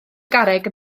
garreg